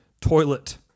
toilet